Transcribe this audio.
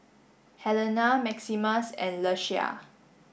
Helena Maximus and Ieshia